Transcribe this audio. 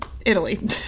Italy